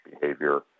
behavior